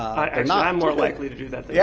i mean i'm more likely to do that yeah